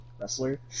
wrestler